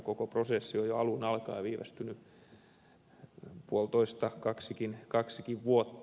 koko prosessi on jo alun alkaen viivästynyt puolitoista kaksikin vuotta